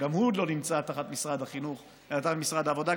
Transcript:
שגם הוא לא נמצא תחת משרד החינוך אלא תחת משרד העבודה,